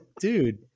dude